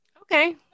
Okay